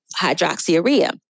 hydroxyurea